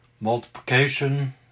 multiplication